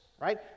right